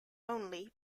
only